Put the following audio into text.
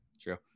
true